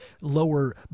lower